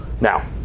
Now